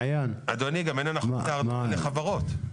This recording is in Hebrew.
אדוני, גם אין הנחות בארנונה לחברות.